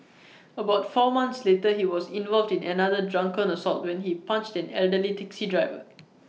about four months later he was involved in another drunken assault when he punched an elderly taxi driver